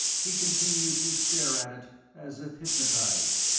he continued to stare at it as if hypnotized,